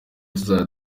tuzajya